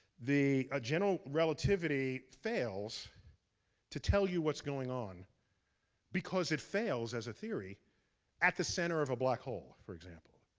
ah general relativity fails to tell you what's going on because it fails as a theory at the center of a black hole, for example.